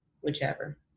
whichever